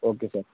okay sir